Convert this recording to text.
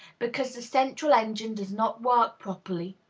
because the central engine does not work properly.